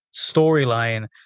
storyline